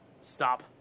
Stop